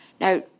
now